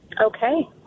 Okay